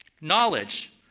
knowledge